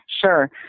Sure